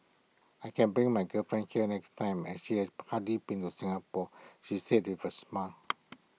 I can bring my girlfriend here next time as she has hardly been A Singapore he says with A smile